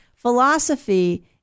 philosophy